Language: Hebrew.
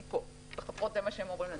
זה מה שאומרות לנו החברות.